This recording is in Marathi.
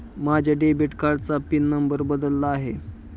माझ्या डेबिट कार्डाचा पिन नंबर बदलला आहे